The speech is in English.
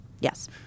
Yes